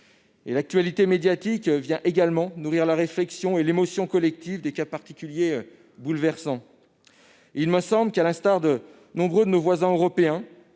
L'actualité médiatique vient également nourrir la réflexion et l'émotion collectives par des cas particuliers bouleversants. Il me semble que, à l'instar de nombre de nos voisins européens-